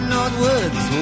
Northwoods